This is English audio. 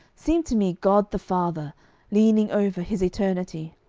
seemed to me god the father leaning over his eternity,